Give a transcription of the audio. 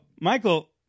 Michael